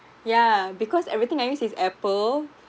yeah because everything I use is apple